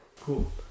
Cool